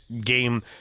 game